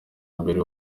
mbere